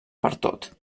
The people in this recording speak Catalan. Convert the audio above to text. pertot